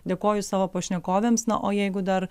dėkoju savo pašnekovėms na o jeigu dar